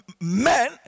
men